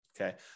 okay